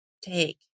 take